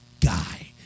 guy